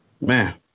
Man